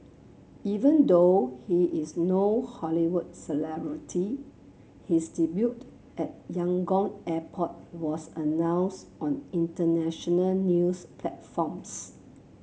even though he is no Hollywood celebrity his debut at Yangon airport was announced on international news platforms